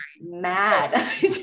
mad